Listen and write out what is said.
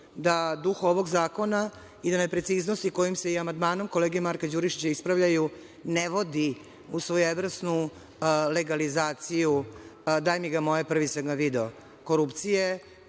da duh ovog zakona i da nepreciznosti koje se amandmanom kolege Marka Đurišića ispravljaju ne vodi u svojevrsnu legalizaciju – daj